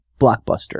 Blockbuster